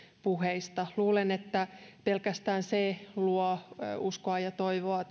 puheista luulen että jo pelkästään se luo uskoa ja toivoa